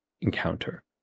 encounter